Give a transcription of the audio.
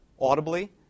audibly